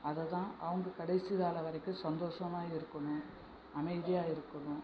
அதைதான் அவங்க கடைசி காலம் வரைக்கும் சந்தோஷமாக இருக்கணும் அமைதியாக இருக்கணும்